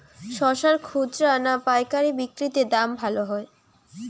শশার খুচরা না পায়কারী বিক্রি তে দাম ভালো হয়?